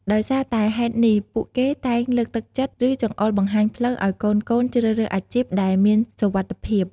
ដោយសារតែហេតុនេះ ពួកគេតែងលើកទឹកចិត្ត ឬចង្អុលបង្ហាញផ្លូវឲ្យកូនៗជ្រើសរើសអាជីពដែលមានសុវត្ថិភាព។